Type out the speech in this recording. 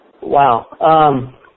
Wow